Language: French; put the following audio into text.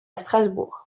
strasbourg